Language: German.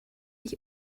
ich